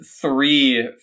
three